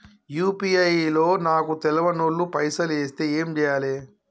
UPI లో నాకు తెల్వనోళ్లు పైసల్ ఎస్తే ఏం చేయాలి?